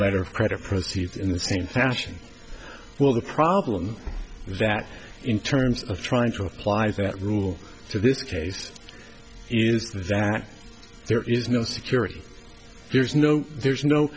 letter of credit proceeds in the same fashion well the problem is that in terms of trying to apply that rule to this case is that there is no security there's no no there's